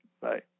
Bye